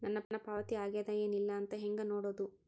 ನನ್ನ ಪಾವತಿ ಆಗ್ಯಾದ ಏನ್ ಇಲ್ಲ ಅಂತ ಹೆಂಗ ನೋಡುದು?